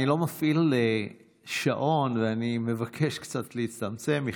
אני לא מפעיל שעון, ואני מבקש להצטמצם קצת.